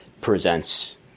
presents